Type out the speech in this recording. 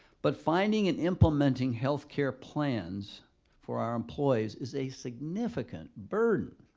but finding and implementing health care plans for our employees is a significant burden.